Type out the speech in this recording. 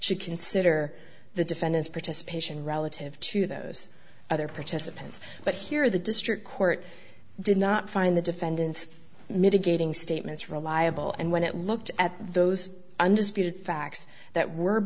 should consider the defendant's participation relative to those other participants but here the district court did not find the defendant's mitigating statements reliable and when it looked at those undisputed facts that w